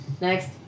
Next